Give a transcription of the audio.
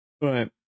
Right